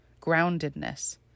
groundedness